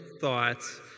thoughts